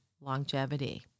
longevity